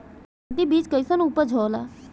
बासमती बीज कईसन उपज होला?